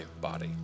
body